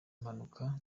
mpanuka